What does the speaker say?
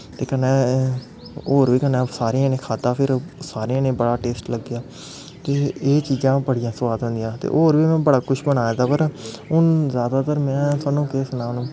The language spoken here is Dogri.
ते कन्नै होर बी कन्नै सारें जने खाद्धा फिर सारें जनें गी बड़ा टेस्ट लग्गेआ कि एह् चीजां बड़ियां सोआद होंदियां ते होर बी में बड़ा कुछ बनाए दा पर हून जादातर में थुआनू केह् सनां हून